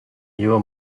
newer